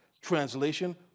Translation